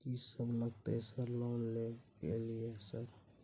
कि सब लगतै सर लोन ले के लिए सर?